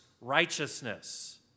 righteousness